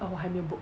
哦我还没 book